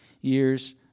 years